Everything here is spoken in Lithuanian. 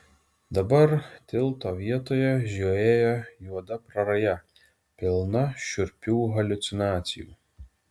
dabar tilto vietoje žiojėja juoda praraja pilna šiurpių haliucinacijų